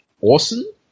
Orson